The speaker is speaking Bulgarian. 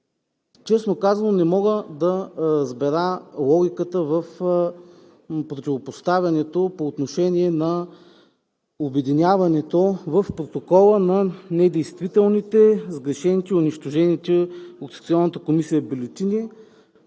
Честно казано, не мога да разбера логиката в противопоставянето по отношение на обединяването в протокола на недействителните, сгрешените и унищожените от секционната